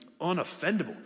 unoffendable